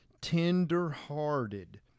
Tender-hearted